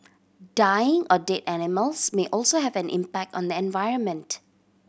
dying or dead animals may also have an impact on the environment